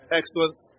excellence